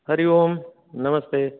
हरि ओम् नमस्ते